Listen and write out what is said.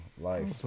Life